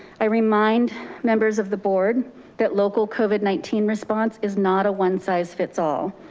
i remind members of the board that local covid nineteen response is not a one size fits all.